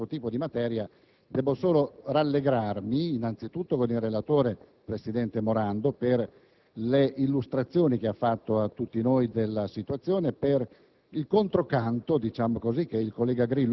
anche perché, non essendo un tecnico di questo tipo di materie, debbo solo rallegrarmi innanzi tutto con il relatore, il presidente Morando, per l'illustrazione che ha fatto a tutti noi della situazione, e